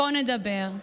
בוא נדבר.